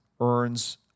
earns